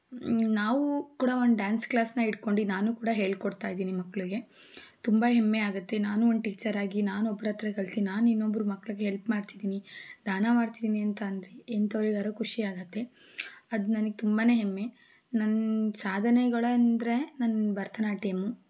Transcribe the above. ನಾವು ಕೂಡ ಒಂದು ಡ್ಯಾನ್ಸ್ ಕ್ಲಾಸನ್ನ ಇಟ್ಕೊಂಡು ನಾನು ಕೂಡ ಹೇಳ್ಕೊಡ್ತಾ ಇದ್ದೀನಿ ಮಕ್ಕಳಿಗೆ ತುಂಬ ಹೆಮ್ಮೆ ಆಗುತ್ತೆ ನಾನೂ ಒಂದು ಟೀಚರ್ ಆಗಿ ನಾನೊಬ್ರತ್ರ ಕಲ್ತು ನಾನಿನ್ನೊಬ್ಬರ ಮಕ್ಕಳಿಗೆ ಹೆಲ್ಪ್ ಮಾಡ್ತಿದ್ದೀನಿ ದಾನ ಮಾಡ್ತಿದ್ದೀನಿ ಅಂತ ಅಂದರೆ ಎಂತವ್ರಿಗಾದ್ರೂ ಖುಷಿ ಆಗುತ್ತೆ ಅದು ನನಗೆ ತುಂಬ ಹೆಮ್ಮೆ ನನ್ನ ಸಾಧನೆಗಳಂದರೆ ನನ್ನ ಭರತನಾಟ್ಯಮ್